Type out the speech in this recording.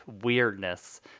weirdness